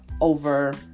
over